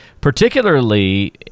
particularly